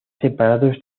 separados